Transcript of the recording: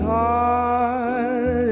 high